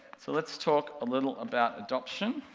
so let's talk a little about adoption.